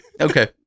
Okay